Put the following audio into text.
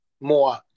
more